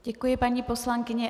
Děkuji, paní poslankyně.